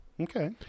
Okay